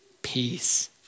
peace